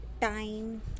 time